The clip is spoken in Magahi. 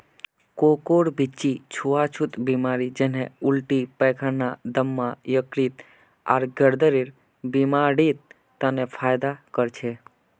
कोकोर बीच्ची छुआ छुत बीमारी जन्हे उल्टी पैखाना, दम्मा, यकृत, आर गुर्देर बीमारिड तने फयदा कर छे